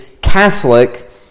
Catholic